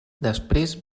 després